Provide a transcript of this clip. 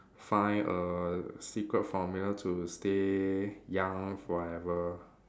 find a secret formula to stay young forever